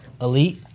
elite